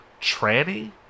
tranny